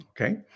Okay